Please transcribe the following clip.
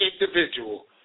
individual